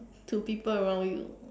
to people around you